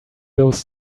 those